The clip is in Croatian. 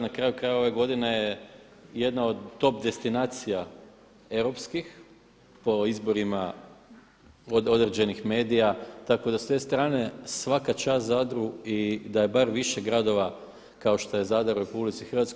Na kraju krajeva ove godine je jedna od top destinacija europskih po izborima od određenih medija, tako da s te strane svaka čast Zadru i da je bar više gradova kao što je Zadar u RH.